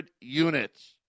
units